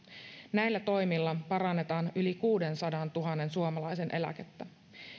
näillä toimilla parannetaan yli kuudensadantuhannen suomalaisen eläkettä